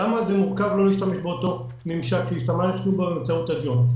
למה זה מורכב לא להשתמש באותו ממשק שהשתמשנו בו באמצעות הג'וינט?